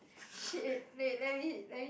shit wait let me let me